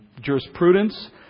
jurisprudence